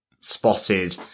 spotted